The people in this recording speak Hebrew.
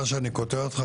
סליחה שאני קוטע אותך.